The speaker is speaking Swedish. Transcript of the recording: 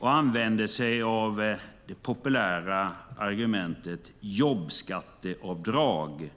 Man använder sig av det populära argumentet att jobbskatteavdrag